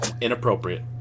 inappropriate